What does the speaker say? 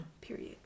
Period